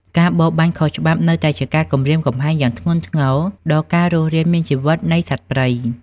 ការបរបាញ់ខុសច្បាប់នៅតែជាការគំរាមកំហែងយ៉ាងធ្ងន់ធ្ងរដល់ការរស់រានមានជីវិតនៃសត្វព្រៃ។